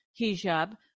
hijab